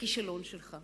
בכישלון שלך.